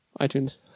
iTunes